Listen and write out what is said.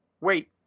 wait